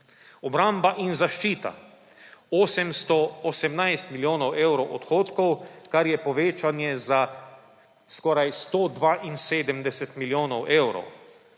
Obramba in zaščita 818 – milijonov evrov odhodkov, kar je povečanje za skoraj 172 milijonov evrov.